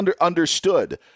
understood